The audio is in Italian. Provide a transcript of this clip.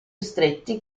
stretti